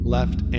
left